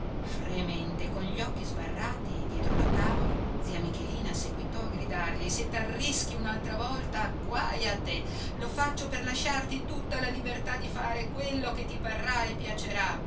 lume fremente con gli occhi sbarrati dietro la tavola zia michelina seguitò a gridargli se t'arrischi un'altra volta guaj a te lo faccio per lasciarti tutta la libertà di fare quello che ti parrà e piacerà